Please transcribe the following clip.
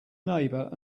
neighbour